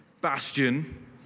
bastion